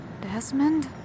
Desmond